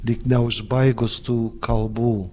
lyg neužbaigus tų kalbų